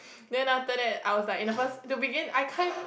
then after that I was like in the first to begin I can't even